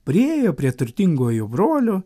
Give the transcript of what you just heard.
priėjo prie turtingojo brolio